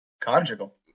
Conjugal